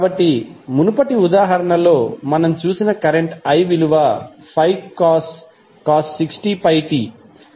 కాబట్టి మునుపటి ఉదాహరణలో మనం చూసిన కరెంట్ i విలువ 5cos 60πt